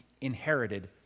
inherited